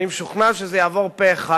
אני משוכנע שזה יעבור פה אחד,